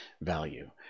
value